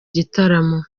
gitaramo